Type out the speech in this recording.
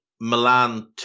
Milan